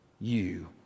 you